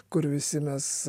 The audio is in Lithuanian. kur visi mes